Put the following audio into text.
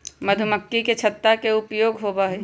मधुमक्खी के छत्ता के का उपयोग होबा हई?